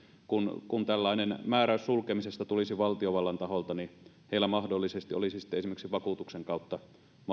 kun kun tällainen määräys sulkemisesta tulisi valtiovallan taholta niin heillä mahdollisesti olisi sitten esimerkiksi vakuutuksen kautta